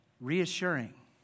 reassuring